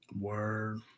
Word